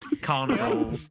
carnival